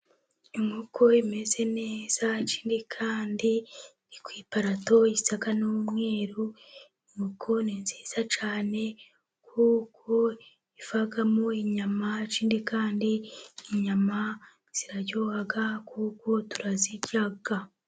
Inkoko imeze neza. Ikindi kandi iri ku iparato isa n'umweru. Inkoko ni nziza cyane kuko ivamo inyama. Ikindi kandi inyama ziraryoha kuko turazirya.